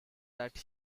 that